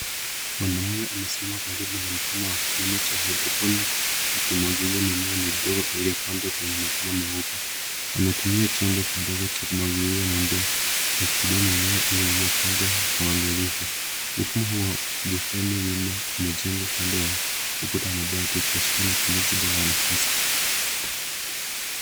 Mwanaume amesimama karibu na mfumo wa kilimo cha (cs)hydroponic(cs) akimwagilia mimea midogo iliyopandwa kwenye mabomba meupe. Ametumia chombo kidogo cha mwagilia na ndoo akihudumia mimea iliyopandwa kwa uangalifu. Mfumo huo wa bustani wima umejengwa kando ya ukuta wa mabati ikiashiria matumizi bora ya nafasi.